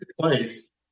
place